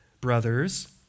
brothers